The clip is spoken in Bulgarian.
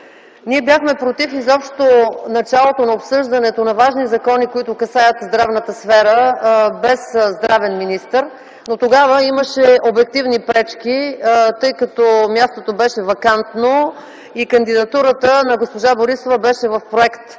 бяхме против обсъждането на важни закони, които касаят здравната сфера, да се провежда без здравен министър. Но тогава имаше обективни пречки, тъй като мястото беше вакантно и кандидатурата на госпожа Борисова беше в проект.